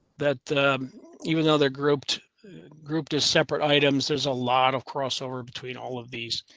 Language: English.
that even though they're grouped grouped as separate items, there's a lot of crossover between all of these,